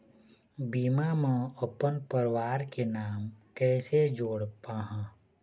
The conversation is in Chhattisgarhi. बीमा म अपन परवार के नाम कैसे जोड़ पाहां?